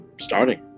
starting